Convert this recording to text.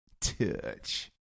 touch